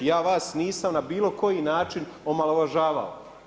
Ja vas nisam na bilo koji način omalovažavao.